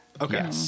Okay